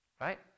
right